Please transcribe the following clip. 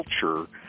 culture